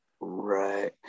Right